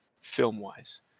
film-wise